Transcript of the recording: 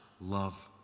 love